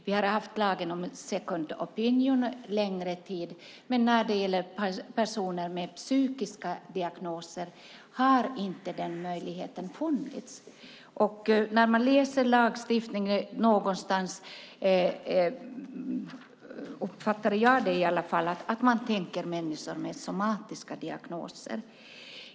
Vi har haft lagen om "second opinion" en längre tid, men när det gäller personer med psykiska diagnoser har inte den möjligheten funnits. När jag läser lagstiftningen uppfattar jag det i alla fall som att man tänker sig människor med somatiska diagnoser.